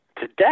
today